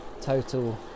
total